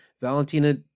Valentina